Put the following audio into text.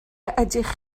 ydych